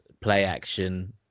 play-action